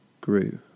grew